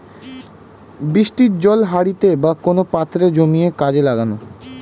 বৃষ্টির জল হাঁড়িতে বা কোন পাত্রে জমিয়ে কাজে লাগানো